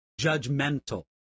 judgmental